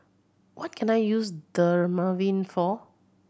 what can I use Dermaveen for